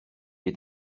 est